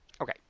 Okay